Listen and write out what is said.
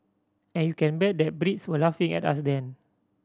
and you can bet that Brits were laughing at us then